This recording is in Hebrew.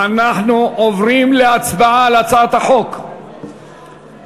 אנחנו עוברים להצבעה על הצעת חוק הנזיקים.